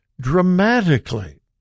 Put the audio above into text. dramatically